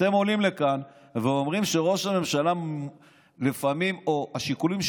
אתם עולים לכאן ואומרים שהשיקולים של ראש הממשלה הם לפעמים פוליטיים,